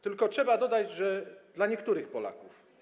Tylko trzeba dodać, że dla niektórych Polaków.